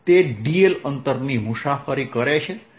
તે dl અંતરની મુસાફરી કરે છે